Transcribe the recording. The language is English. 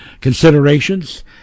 considerations